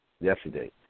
yesterday